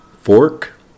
fork